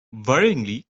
worryingly